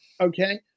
Okay